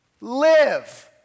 live